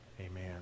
amen